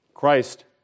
Christ